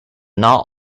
not